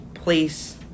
place